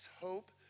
hope